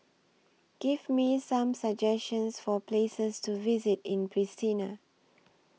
Give Me Some suggestions For Places to visit in Pristina